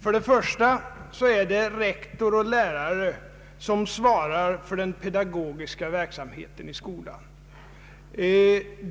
För det första svarar rektor och lärare för den pedagogiska verksamheten i skolan.